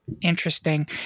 interesting